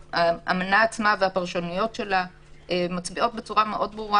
האמנה עצמה והפרשנויות שלה מצביעות בצורה מאוד ברורה